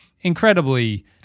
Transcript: incredibly